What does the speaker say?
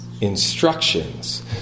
Instructions